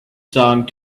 song